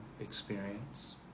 experience